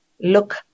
look